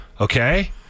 okay